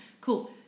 Cool